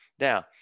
Now